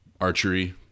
archery